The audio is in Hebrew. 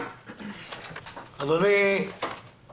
אתם